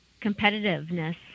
competitiveness